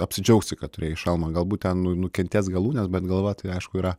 apsidžiaugsi kad turėjai šalmą galbūt ten nu nukentės galūnės bet galva tai aišku yra